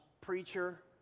preacher